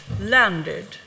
landed